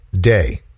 day